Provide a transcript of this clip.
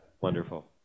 Wonderful